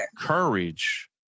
courage